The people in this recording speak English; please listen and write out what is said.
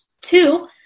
Two